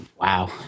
Wow